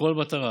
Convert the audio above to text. לכל מטרה,